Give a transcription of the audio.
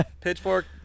Pitchfork